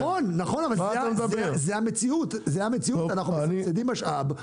נכון, אבל זו המציאות, אנחנו מסבסדים משאב.